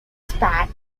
spare